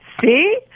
See